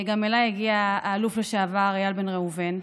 גם אליי הגיע האלוף לשעבר איל בן ראובן,